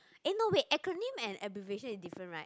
eh no wait acronym and abbreviation is different right